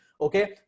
Okay